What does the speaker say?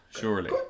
Surely